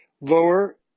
lower